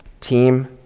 team